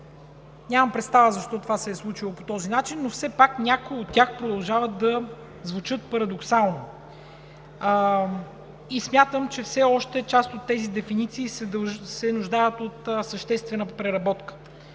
Нямам представа защо това се е случило по този начин, но все пак някои от тях продължават да звучат парадоксално и смятам, че все още част от тези дефиниции се нуждаят от съществена преработка.